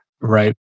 right